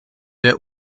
der